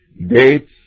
dates